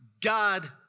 God